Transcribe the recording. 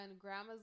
grandma's